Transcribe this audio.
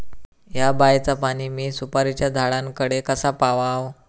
हया बायचा पाणी मी सुपारीच्या झाडान कडे कसा पावाव?